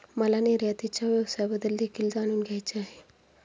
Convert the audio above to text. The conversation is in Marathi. मला निर्यातीच्या व्यवसायाबद्दल देखील जाणून घ्यायचे आहे